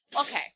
Okay